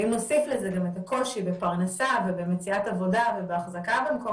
ואם נוסיף לזה גם את הקושי בפרנסה ובמציאת עבודה ובהחזקה במקום